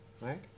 right